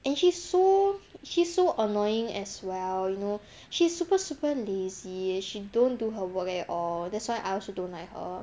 and she's so she's so annoying as well you know she's super super lazy she don't do her work at all that's why I also don't like her